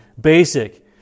Basic